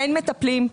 אין מטפלים.